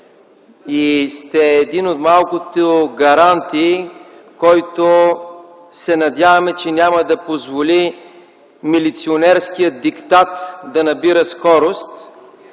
и сте един от малкото гаранти, който – надяваме се – няма да позволи милиционерският диктат да набира скорост.